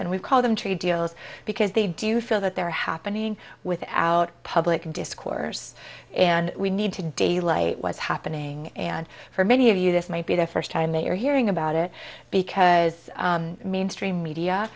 and we call them trade deals because they do feel that they're happening without public discourse and we need to daylight was happening and for many of you this might be the first and they are hearing about it because mainstream media